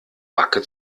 backe